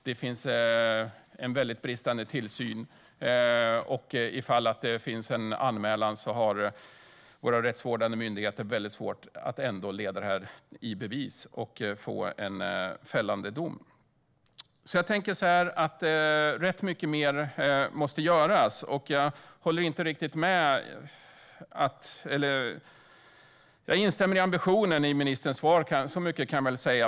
Det finns en bristande tillsyn, och ifall det blir en anmälan har de rättsvårdande myndigheterna ändå svårt att leda det här i bevis och få en fällande dom. Ganska mycket mer måste göras. Jag instämmer i ambitionen i ministerns svar. Så mycket kan jag säga.